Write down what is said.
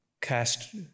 cast